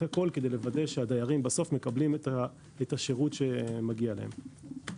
הכול כדי לוודא הדיירים בסוף מקבלים את השירות שמגיע להם.